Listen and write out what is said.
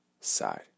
side